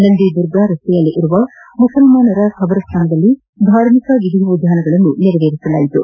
ನಂದಿ ದುರ್ಗ ರಸ್ತೆಯಲ್ಲಿರುವ ಮುಸ್ಲಮಾನರ ಖಬರಸ್ತಾನದಲ್ಲಿ ಧಾರ್ಮಿಕ ವಿಧಿವಿಧಾನಗಳನ್ನು ನೆರವೇರಿಸಲಾಯಿತು